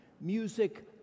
Music